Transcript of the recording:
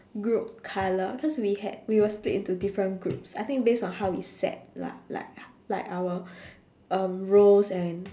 group colour cause we had we were split into different groups I think based on how we sat lah like h~ like our um rows and